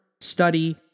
study